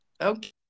Okay